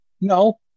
no